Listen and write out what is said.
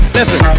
listen